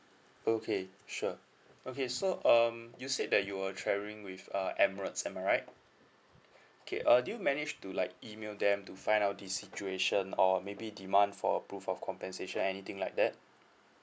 okay sure okay so um you said that you were travelling with uh emirates am I right okay uh do you manage to like email them to find out the situation or maybe demand for proof of compensation anything like that